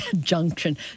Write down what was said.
junction